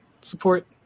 support